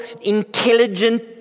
intelligent